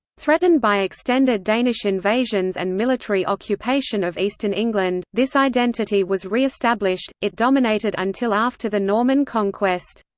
threatened by extended danish invasions and military occupation of eastern england, this identity was re-established it dominated until after the norman conquest.